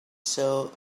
showed